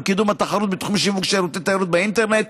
ולקידום התחרות בתחום שיווק שירותי תיירות באינטרנט,